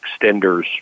extenders